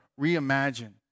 reimagine